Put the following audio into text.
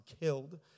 killed